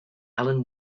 alan